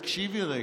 תקשיבי רגע,